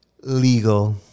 legal